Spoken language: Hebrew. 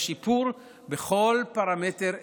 לשיפור בכל פרמטר אפשרי.